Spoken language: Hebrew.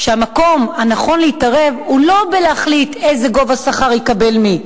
שהמקום הנכון להתערב הוא לא בלהחליט איזה גובה שכר יקבל מי,